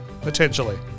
Potentially